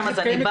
לא